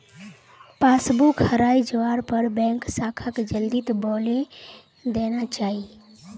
passbook हराई जवार पर बैंक शाखाक जल्दीत बोली देना चाई